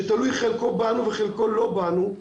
שתלוי חלקו בנו וחלקו לא בנו,